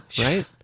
right